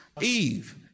Eve